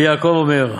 רבי יעקב אומר,